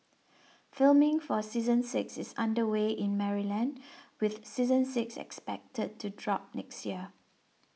filming for season six is under way in Maryland with season six expected to drop next year